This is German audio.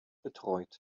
betreut